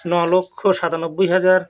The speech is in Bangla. নলক্ষ সাতানব্বই হাজার